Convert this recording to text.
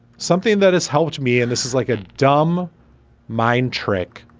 something that has helped me and this is like a dumb mind trick,